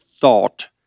thought